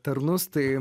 tarnus tai